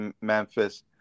Memphis